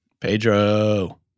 Pedro